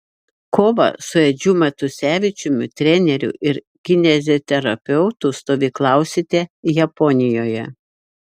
kovą su edžiu matusevičiumi treneriu ir kineziterapeutu stovyklausite japonijoje